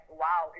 wow